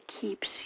keeps